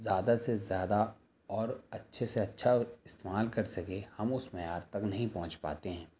زیادہ سے زیادہ اور اچھے سے اچھا استعمال کر سکے ہم اس میں آج تک نہیں پہنچ پاتے ہیں